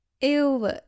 ew